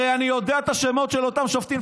הרי אני יודע את השמות של אותם שופטים,